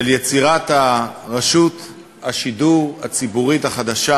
של יצירת רשות השידור הציבורי החדשה,